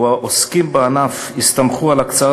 שבו העוסקים בענף הסתמכו על הקצאת